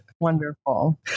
Wonderful